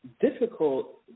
difficult